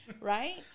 right